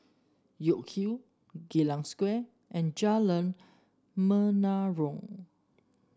York Hill Geylang Square and Jalan Menarong